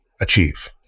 achieve